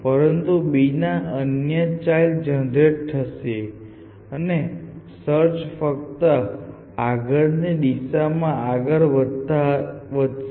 પરંતુ b ના અન્ય ચાઈલ્ડ જનરેટ થશે અને સર્ચ ફક્ત આગળની દિશામાં આગળ વધશે